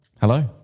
Hello